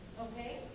Okay